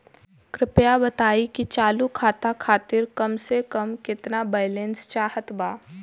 कृपया बताई कि चालू खाता खातिर कम से कम केतना बैलैंस चाहत बा